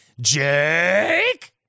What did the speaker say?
Jake